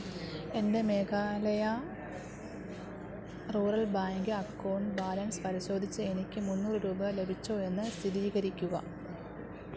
എൻ്റെ Meghalaya rural bank account balance പരിശോധിച്ച് എനിക്ക് മുന്നൂറ് രൂപ ലഭിച്ചോ എന്ന് സ്ഥിതീകരിക്കുക